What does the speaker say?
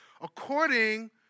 according